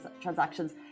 transactions